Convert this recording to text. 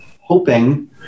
hoping